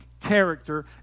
character